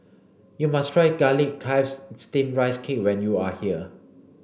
you must try garlic chives steamed rice cake when you are here